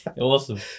awesome